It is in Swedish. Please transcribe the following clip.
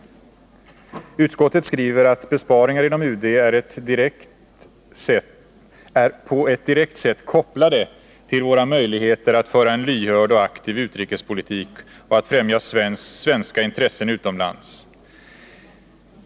Utskottet skriver att besparingar inom UD är på ett direkt sätt ”kopplade till våra möjligheter att föra en lyhörd och aktiv utrikespolitik och att främja svenska intressen utomlands.